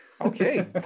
okay